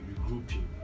regrouping